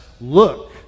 look